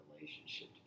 relationship